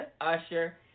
Usher